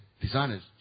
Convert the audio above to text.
designers